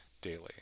daily